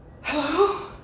hello